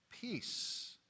Peace